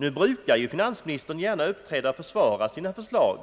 Nu brukar ju finansministern gärna uppträda och försvara sina förslag.